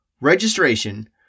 Registration